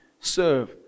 serve